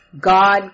God